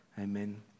Amen